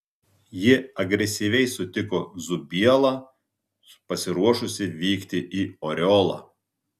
jie agresyviai sutiko zubielą pasiruošusį vykti į oriolą